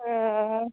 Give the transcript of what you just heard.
अ